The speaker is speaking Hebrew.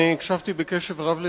אני הקשבתי בקשב רב לדבריך,